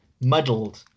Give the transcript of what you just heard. muddled